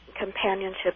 companionship